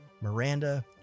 Miranda